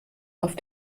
auf